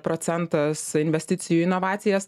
procentas investicijų į inovacijas